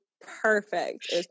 perfect